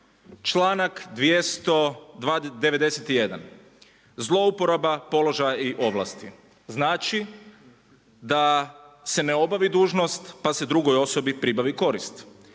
Članak 291. zlouporaba položaja i ovlasti, znači da se ne obavi dužnost pa se drugoj osobi pribavi korist.